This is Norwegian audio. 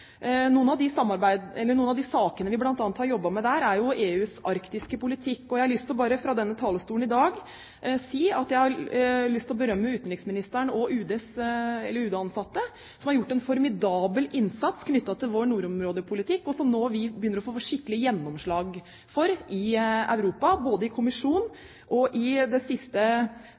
Noen av de sakene vi bl.a. har jobbet med der, er EUs arktiske politikk. Jeg har fra denne talerstolen i dag lyst til å berømme utenriksministeren og UD-ansatte som har gjort en formidabel innsats knyttet til vår nordområdepolitikk, og som vi nå begynner å få skikkelig gjennomslag for i Europa, både i kommisjonen og i det siste